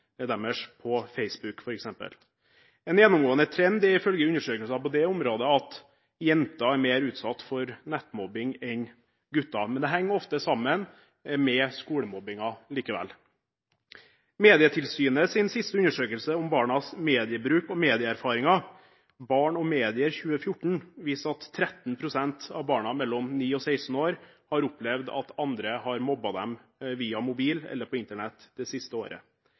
deres på Facebook, f.eks. En gjennomgående trend, ifølge undersøkelser på dette området, er at jenter er mer utsatt for nettmobbing enn gutter. Det henger likevel ofte sammen med skolemobbingen. Medietilsynets siste undersøkelse om barnas mediebruk og medieerfaringer, Barn og medier-undersøkelsene for 2014, viser at 13 pst. av barna mellom 9 og 16 år har opplevd at andre har mobbet dem via mobil eller på Internett det siste året.